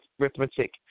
arithmetic